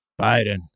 Biden